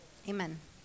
Amen